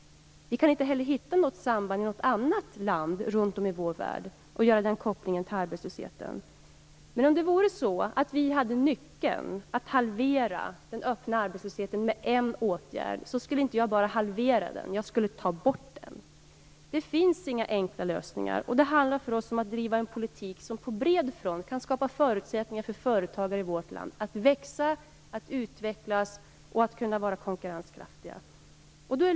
Vi kan inte heller hitta något samband i något annat land runt om i vår värld och göra den kopplingen till arbetslösheten. Om vi visste hur man skulle kunna halvera den öppna arbetslösheten med en åtgärd skulle jag inte bara halvera den. Jag skulle ta bort den. Det finns inga enkla lösningar. För oss handlar det om att driva en politik som på bred front kan skapa förutsättningar för företagare i vårt land att växa, utvecklas och vara konkurrenskraftiga.